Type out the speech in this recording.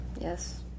Yes